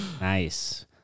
Nice